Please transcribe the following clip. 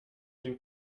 den